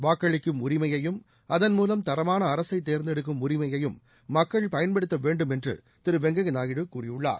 வாக்களிக்கும் உரிமையையும் அதன் மூலம் தரமான அரசை தேர்ந்தெடுக்கும் உரிமையையும் மக்கள் பயன்படுத்த வேண்டும் என்று திரு வெங்கய்யா நாயுடு கூறியுள்ளார்